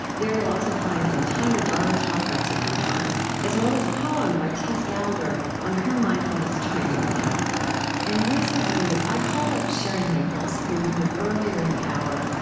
there you will also find an entire dharma talk by thich nhat hanh as well as a poem by tess gallagher on her mindfulness training with him and recently, i called up cheri maples, who we heard earlier in the hour,